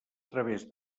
través